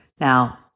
Now